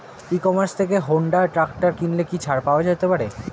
ই commerce থেকে Honda tractor কিনলে কি ছাড় পাওয়া যেতে পারে?